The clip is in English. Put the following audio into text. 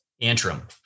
Antrim